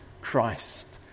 Christ